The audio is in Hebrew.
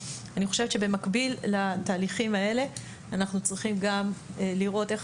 אני חושבת שאנחנו צריכים גם לראות איך